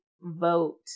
vote